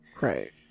Right